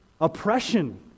oppression